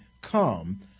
come